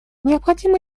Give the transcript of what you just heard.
необходимо